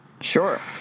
Sure